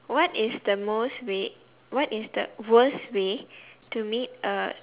what is the most way what is the worst way to meet a